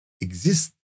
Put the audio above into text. exist